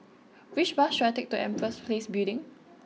which bus should I take to Empress Place Building